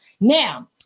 Now